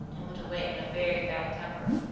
and went away in a very bad temper.